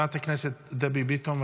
חברת הכנסת דבי ביטון,